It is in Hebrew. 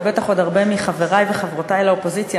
ובטח עוד הרבה מחברי וחברותי לאופוזיציה,